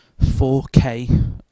4K